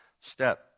step